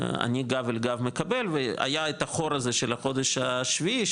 אני גב אל גב מקבל והיה את החור הזה של החודש השביעי,